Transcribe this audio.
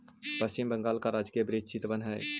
पश्चिम बंगाल का राजकीय वृक्ष चितवन हई